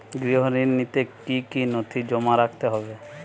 গৃহ ঋণ নিতে কি কি নথি জমা রাখতে হবে?